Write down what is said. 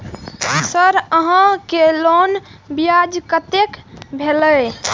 Sir यहां के loan ब्याज कतेक भेलेय?